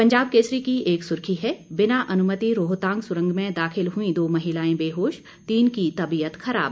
पंजाब केसरी की एक सुर्खी है बिना अनुमति रोहतांग सुरंग में दाखिल हुई दो महिलाए बेहोश तीन की तबियत खराब